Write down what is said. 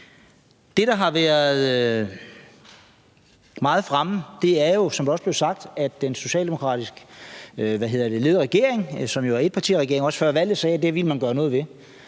Det, der har været meget fremme, er jo, som det også er blevet sagt, at den socialdemokratisk ledede regering, som er en etpartiregering, også før valget sagde, at det ville man gøre noget ved.